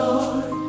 Lord